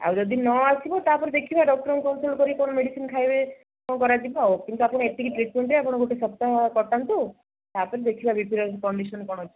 ଆଉ ଯଦି ନଆସିବ ତା'ପରେ ଦେଖିବା ଡକ୍ଟର୍ଙ୍କୁ କନସଲ୍ଟ୍ କରିକି କ'ଣ ମେଡ଼ିସିନ୍ ଖାଇବେ କ'ଣ କରାଯିବ ଆଉ କିନ୍ତୁ ଆପଣ ଏତିକି ଟ୍ରିଟମେଣ୍ଟ୍ରେ ଗୋଟେ ସପ୍ତାହ କଟାନ୍ତୁ ତା'ପରେ ଦେଖିବା ବିପିର କଣ୍ଡିସନ୍ କ'ଣ ଅଛି